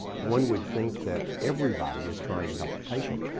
one would think that everybody is trying to help the patient.